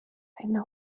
eine